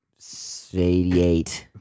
88